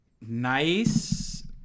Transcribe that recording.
nice